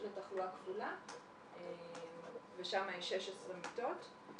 יש לתחלואה כפולה ושם יש 16 מיטות.